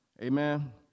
Amen